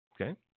Okay